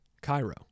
Cairo